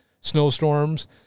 snowstorms